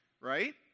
right